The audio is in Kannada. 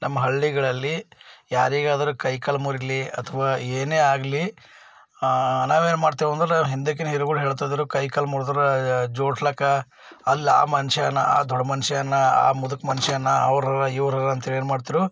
ನಮ್ಮ ಹಳ್ಳಿಗಳಲ್ಲಿ ಯಾರಿಗಾದರು ಕೈಕಾಲಿ ಮುರಿಲಿ ಅಥವಾ ಏನೇ ಆಗಲಿ ನಾವೇನು ಮಾಡ್ತೇವೆಂದ್ರೆ ಹಿಂದಕಿನ ಹಿರಿಗಳು ಹೇಳ್ತಾಯಿದ್ರು ಕೈಕಾಲು ಮುರಿದ್ರೆ ಜೋಡಿಸ್ಲಿಕ್ಕೆ ಅಲ್ಲಿ ಆ ಮನ್ಷಾನ ಆ ದೊಡ್ಡ ಮನ್ಷಾನ ಆ ಮುದುಕ ಮನ್ಷಾನ ಅವ್ರುಹರ ಇವ್ರುಹರ ಅಂತಹೇಳಿ ಏನು ಮಾಡುತಿರು